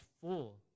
full